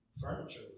furniture